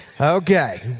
Okay